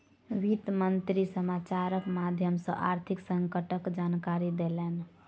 वित्त मंत्री समाचारक माध्यम सॅ आर्थिक संकटक जानकारी देलैन